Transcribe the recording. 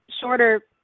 shorter